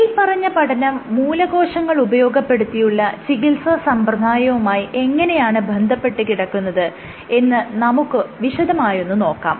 മേല്പറഞ്ഞ പഠനം മൂലകോശങ്ങൾ ഉപയോഗപ്പെടുത്തിയുള്ള ചികിത്സ സമ്പ്രദായവുമായി എങ്ങനെയാണ് ബന്ധപ്പെട്ട് കിടക്കുന്നത് എന്ന് നമുക്ക് വിശദമായൊന്ന് നോക്കാം